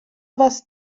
was